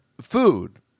food